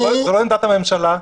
זו לא עמדת הממשלה,